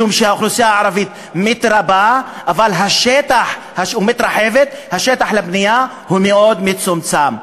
משום שהאוכלוסייה הערבית מתרבה ומתרחבת והשטח לבנייה מאוד מצומצם.